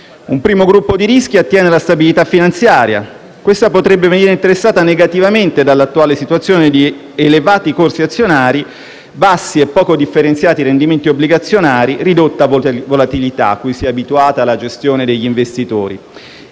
Un primo gruppo di rischi attiene alla stabilità finanziaria: questa potrebbe venire interessata negativamente dall'attuale situazione di elevati corsi azionari, bassi e poco differenziati rendimenti obbligazionari, ridotta volatilità, cui si è abituata la gestione degli investitori,